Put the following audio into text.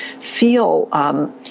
feel